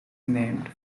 named